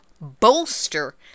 bolster